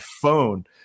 phone